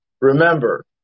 remember